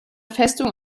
festung